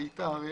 ביתר,